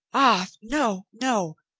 ah, no, no!